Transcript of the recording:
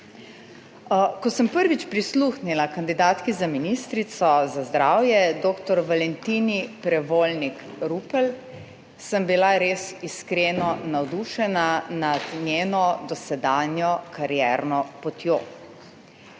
Ko sem prvič prisluhnila kandidatki za ministrico za zdravje dr. Valentini Prevolnik Rupel sem bila res iskreno navdušena nad njeno dosedanjo karierno potjo.